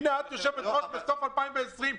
את יושבת-ראש בסוף 2020,